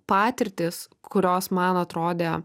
patirtys kurios man atrodė